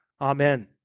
Amen